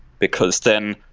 because then